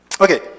Okay